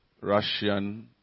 russian